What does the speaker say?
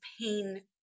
pain